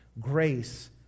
Grace